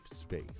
space